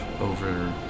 over